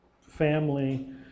family